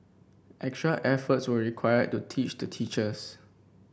extra efforts were required to teach the teachers